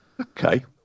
Okay